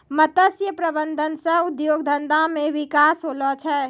मत्स्य प्रबंधन सह उद्योग धंधा मे बिकास होलो छै